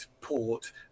port